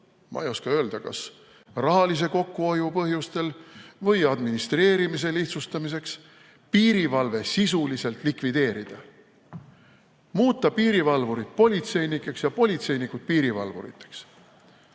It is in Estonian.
ma ei oska öelda, kas raha kokkuhoiu põhjustel või administreerimise lihtsustamiseks, piirivalve sisuliselt likvideerida, muuta piirivalvurid politseinikeks ja politseinikud piirivalvuriteks.